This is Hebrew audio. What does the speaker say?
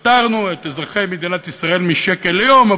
פטרנו את אזרחי מדינת ישראל משקל ליום,